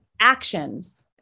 actions